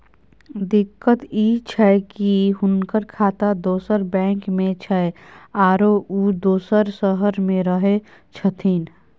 दिक्कत इ छै की हुनकर खाता दोसर बैंक में छै, आरो उ दोसर शहर में रहें छथिन